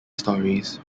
stories